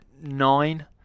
nine